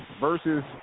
versus